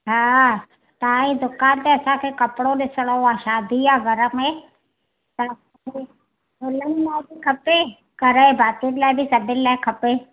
हा तव्हांजी दुकान ते असांखे कपिड़ो ॾिसणो आहे शादी आहे घर में त दुल्हन लाइ बि खपे घर जे भातियुनि लाइ बि सभिनीनि लाइ खपे